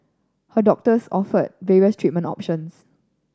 her doctors offered various treatment options